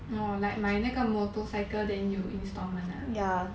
oh like 卖那个 motorcycle then 有 installment 啊